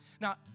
Now